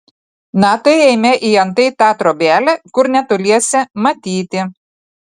na tai eime į antai tą trobelę kur netoliese matyti